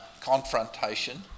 confrontation